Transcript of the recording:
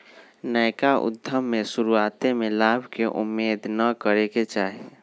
नयका उद्यम में शुरुआते में लाभ के उम्मेद न करेके चाही